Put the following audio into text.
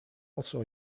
also